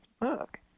book